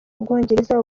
ubwongereza